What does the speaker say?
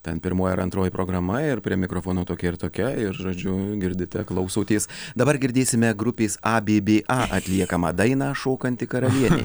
ten pirmoji ar antroji programa ir prie mikrofono tokia ir tokia ir žodžiu girdite klausotės dabar girdėsime grupės a b b a atliekamą dainą šokanti karalienė